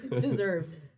Deserved